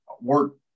work